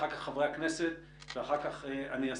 אחר כך חברי הכנסת ואחר כך אני אסכם.